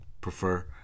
prefer